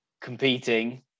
competing